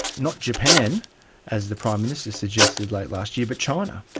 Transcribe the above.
not japan as the prime minister suggested late last year, but china.